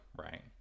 right